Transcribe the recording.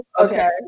Okay